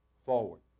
forward